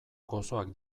gozoak